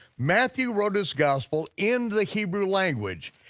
matthew wrote his gospel in the hebrew language.